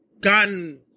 gotten